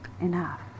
Enough